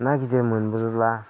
ना गिदिर मोनबोयोब्ला